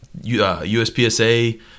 USPSA